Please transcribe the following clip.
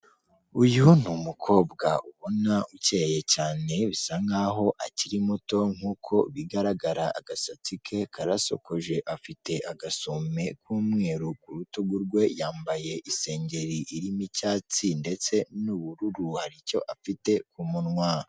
Uyu ni umukobwa ubona ukeye cyane, bisa nkaho akiri muto, nk'uko bigaragara agasatsi ke karasokoje, afite agasume k'umweru ku rutugu rwe, yambaye isengeri irimo icyatsi ndetse n'ubururu, hari icyo afite ku munwa.